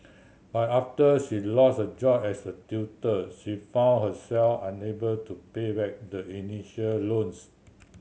but after she lost her job as a tutor she found herself unable to pay back the initial loans